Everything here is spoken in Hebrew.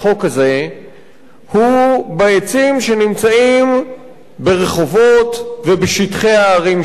הוא בעצים שנמצאים ברחובות ובשטחי הערים שלנו.